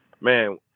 man